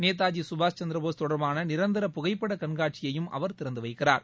நேதாஜி சுபாஷ் சந்திரபோஸ் தொடர்பான நிரந்தர புகைப்படக் கண்காட்சியையும் அவர் திறந்து கை்கிறார்